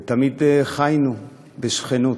ותמיד חיינו בשכנות.